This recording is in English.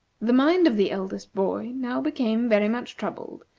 the mind of the eldest boy now became very much troubled,